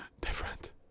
different